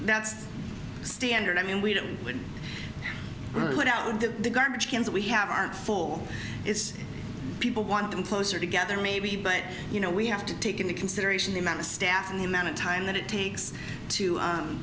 that's standard i mean we don't win right out of the garbage cans we have are full its people want them closer together maybe but you know we have to take into consideration the amount of staff and the amount of time that it takes to